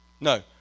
No